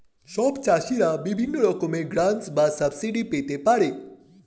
সব চাষীরা বিভিন্ন রকমের গ্র্যান্টস আর সাবসিডি পেতে পারে